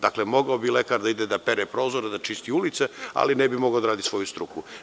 Dakle, mogao bi lekar da ide da pere prozore, da čisti ulice, ali ne bi mogao da radi svoju struku.